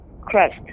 crust